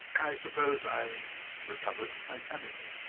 i suppose i recovered my sanity.